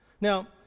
Now